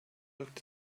looked